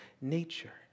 nature